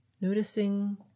noticing